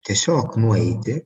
tiesiog nueiti